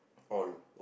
all